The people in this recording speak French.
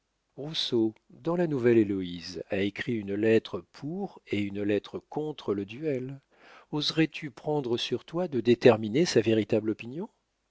rousseau dans la nouvelle-héloïse a écrit une lettre pour et une lettre contre le duel oserais-tu prendre sur toi de déterminer sa véritable opinion